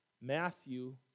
Matthew